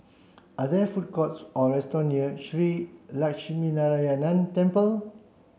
are there food courts or restaurant near Shree Lakshminarayanan Temple